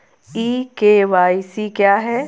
ई KYC क्या है?